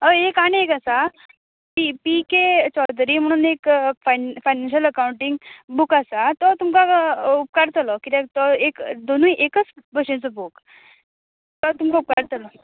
हय एक आनी एक आसा पी पी के चौदरी म्हणून एक फाय फायनेंनशल अकांउटींग बूक आसा तो तुमका उपकारतलो कित्याक तो एक दोनूय एकच भशेचो बूक तो तुमका उपकारतलो